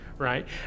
Right